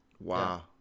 Wow